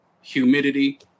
humidity